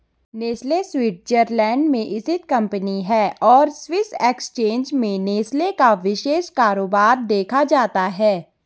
Nestle Switzerland में स्थित company है और स्विस एक्सचेंज में नेस्ले का विशेष कारोबार देखा जाता है